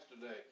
today